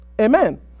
Amen